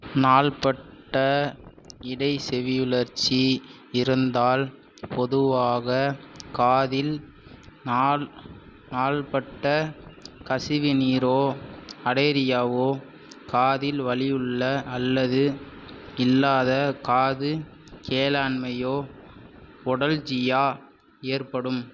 நாள்பட்ட இடைச்செவியுழற்சி இருந்தால் பொதுவாக காதில் நாள் நாள்பட்ட கசிவுநீரோ அடேரியாவோ காதில் வலியுள்ள அல்லது இல்லாத காது கேளான்மையோ ஒடல்ஜியாவோ ஏற்படும்